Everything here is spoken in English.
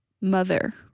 mother